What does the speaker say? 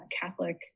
Catholic